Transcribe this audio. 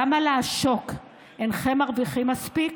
למה לעשוק, אינכם מרוויחים מספיק?